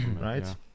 right